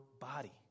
body